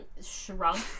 shrunk